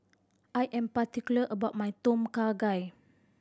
I am particular about my Tom Kha Gai